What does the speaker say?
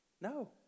No